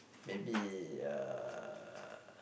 maybe uh